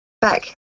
Back